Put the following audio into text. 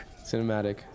cinematic